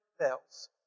fails